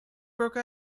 broke